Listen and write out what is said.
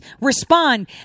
respond